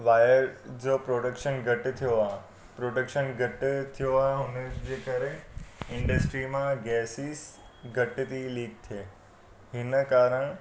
wire जो production घटि थियो आहे प्रोडक्शन घटि थियो आहे हुनजे करे इंडस्ट्री मां गैसिस घटि थी लीक थिए हिन कारण